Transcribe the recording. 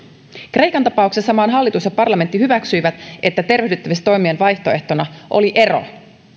kreikan tapauksessa maan hallitus ja parlamentti hyväksyivät että tervehdyttämistoimien vaihtoehtona oli ero